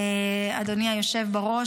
אדוני היושב בראש,